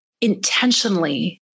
intentionally